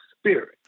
spirit